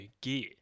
gear